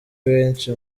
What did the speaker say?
benshi